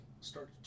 start